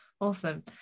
Awesome